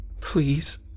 Please